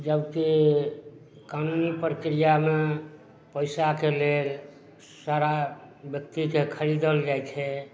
जबकी कानूनी परक्रिआमे पैसाके लेल सारा ब्यक्तिके खरीदल जाइत छै